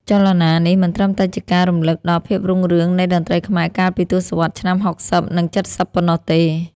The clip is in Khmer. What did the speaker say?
ចលនានេះមិនត្រឹមតែជាការរំលឹកដល់ភាពរុងរឿងនៃតន្ត្រីខ្មែរកាលពីទសវត្សរ៍ឆ្នាំ ៦០ និង ៧០ ប៉ុណ្ណោះទេ។